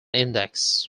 index